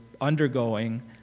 undergoing